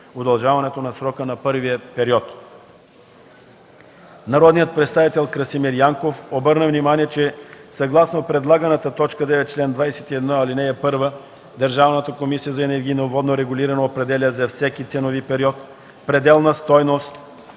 удължаването на срока на първия период. Народният представител Красимир Янков обърна внимание, че съгласно предлаганата т. 9 в чл. 21, ал. 1 Държавната комисия за енергийно и водно регулиране определя за всеки ценови период пределна стойност